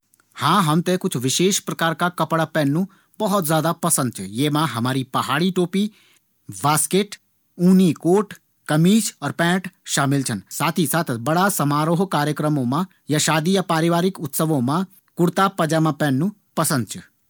हाँ हम थें कुछ विशेष प्रकार का कपड़ा पहनणु पसंद च। ये मा हमारी पहाड़ी टोपी, बास्केट, ऊँनी कोट, कमीज और पैंट शामिल छन। और शादी ब्याह या परिवारिक उत्सवों जना बड़ा समरोहों मा कुर्ता पैजामा पहनणु पसंद च।